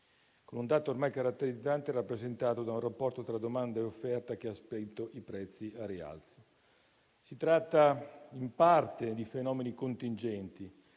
con un dato ormai caratterizzante, che è rappresentato da un rapporto tra domanda e offerta che ha spinto i prezzi al rialzo. Si tratta in parte di fenomeni contingenti,